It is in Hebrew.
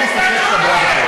ביקשו ממני להסביר יותר על החוק.